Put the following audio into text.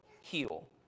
heal